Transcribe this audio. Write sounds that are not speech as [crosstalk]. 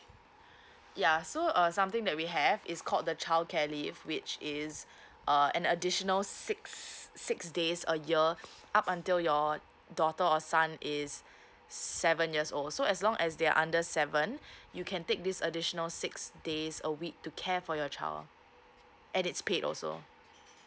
yeah so uh something that we have is called the childcare leave which is uh an additional six six days a year [noise] up until your daughter or son is seven years old so as long as they are under seven you can take this additional six days a week to care for your child and it's paid also